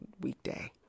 weekday